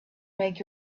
make